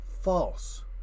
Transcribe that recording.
false